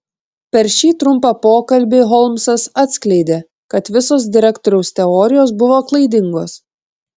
per šį trumpą pokalbį holmsas atskleidė kad visos direktoriaus teorijos buvo klaidingos